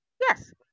Yes